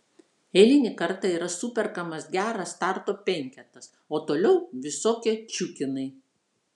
eilinį kartą yra superkamas geras starto penketas o toliau visokie čiukinai